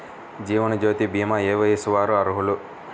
జీవనజ్యోతి భీమా ఏ వయస్సు వారు అర్హులు?